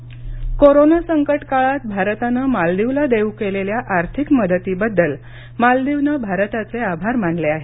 Maldives corona संकटकाळात भारतानं मालदीवला देऊ केलेल्या आर्थिक मदतीबद्दल मालदीवने भारताचे आभार मानले आहेत